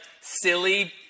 silly